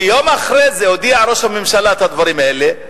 שיום אחרי זה הודיע ראש הממשלה את הדברים האלה,